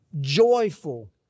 joyful